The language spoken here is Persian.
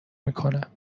میکنم